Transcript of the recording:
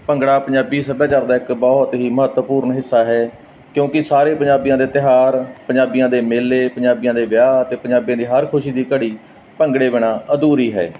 ਭੰਗੜਾ ਪੰਜਾਬੀ ਸੱਭਿਆਚਾਰ ਦਾ ਇੱਕ ਬਹੁਤ ਹੀ ਮਹੱਤਵਪੂਰਨ ਹਿੱਸਾ ਹੈ ਕਿਉਂਕਿ ਸਾਰੇ ਪੰਜਾਬੀਆਂ ਦੇ ਤਿਉਹਾਰ ਪੰਜਾਬੀਆਂ ਦੇ ਮੇਲੇ ਪੰਜਾਬੀਆਂ ਦੇ ਵਿਆਹ ਅਤੇ ਪੰਜਾਬੀਆਂ ਦੀ ਹਰ ਖੁਸ਼ੀ ਦੀ ਘੜੀ ਭੰਗੜੇ ਬਿਨਾਂ ਅਧੂਰੀ ਹੈ